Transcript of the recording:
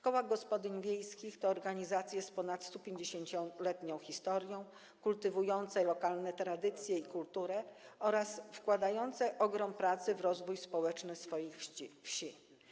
Koła gospodyń wiejskich to organizacje z ponad 150-letnią historią, kultywujące lokalne tradycje i kulturę oraz wkładające ogrom pracy w rozwój społeczny swoich wsi.